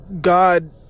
God